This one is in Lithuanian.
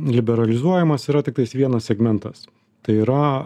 liberalizuojamas yra tiktais vienas segmentas tai yra